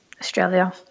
Australia